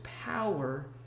power